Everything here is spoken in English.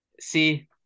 See